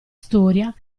storia